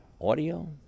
Audio